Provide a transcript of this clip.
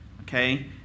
okay